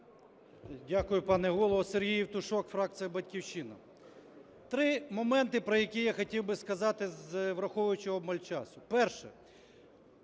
Дякую, пане Голово. Сергій Євтушок, фракція "Батьківщина". Три моменти, про які я хотів би сказати, враховуючи обмаль часу. Перше.